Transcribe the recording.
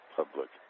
public